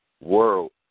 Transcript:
world